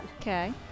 Okay